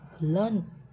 learn